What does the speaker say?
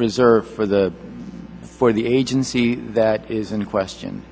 reserve for the for the agency that is in question